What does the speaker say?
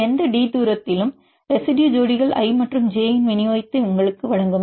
இது எந்த d தூரத்திலும் ரெசிடுயு ஜோடிகள் i மற்றும் j இன் விநியோகத்தை உங்களுக்கு வழங்கும்